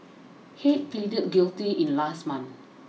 head pleaded guilty in last month